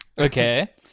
Okay